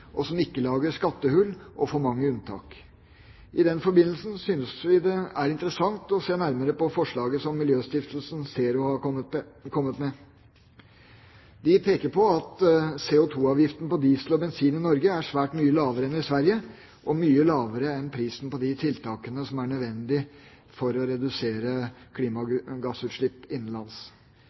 og som ikke lager skattehull og for mange unntak. I den forbindelse synes vi det er interessant å se nærmere på forslaget som miljøstiftelsen ZERO har kommet med. De peker på at CO2-avgiften på diesel og bensin i Norge er svært mye lavere enn i Sverige, og mye lavere enn prisen på de tiltakene som er nødvendige for å redusere klimagassutslipp innenlands.